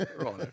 right